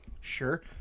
sure